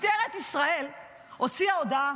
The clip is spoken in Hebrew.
משטרת ישראל הוציאה הודעה